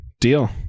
Deal